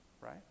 right